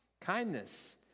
Kindness